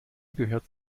gehört